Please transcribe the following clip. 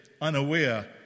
unaware